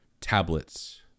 tablets